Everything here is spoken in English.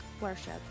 worship